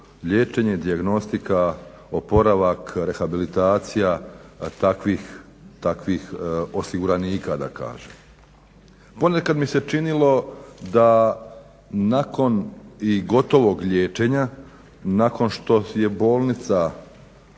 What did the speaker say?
liječenje, dijagnostika, oporavak, rehabilitacija takvih osiguranika da kažem. Ponekad mi se činilo da nakon i gotovog liječenja, nakon što je bolnica obavila,